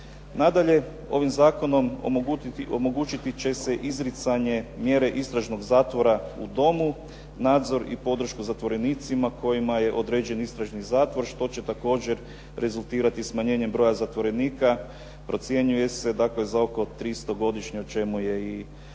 Nadalje, ovim zakonom omogućiti će se izricanje mjere istražnog zatvora u domu, nadzor i podršku zatvorenicima kojima je određen istražni zatvor što će također rezultirati smanjenjem broja zatvorenika, procjenjuje se za oko 300 godišnje o čemu je i